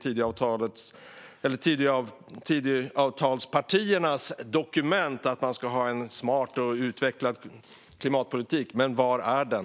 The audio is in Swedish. Ibland står det i Tidöavtalspartiernas dokument att man ska ha en smart och utvecklad klimatpolitik, men var är den?